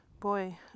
boy